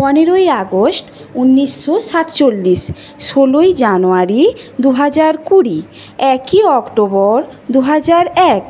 পনেরোই আগস্ট ঊনিশশো সাতচল্লিশ ষোলোই জানুয়ারি দু হাজার কুড়ি একই অক্টোবর দু হাজার এক